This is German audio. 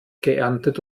geerntet